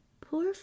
Poor